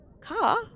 car